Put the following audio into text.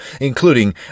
including